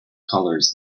colors